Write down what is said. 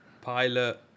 Pilot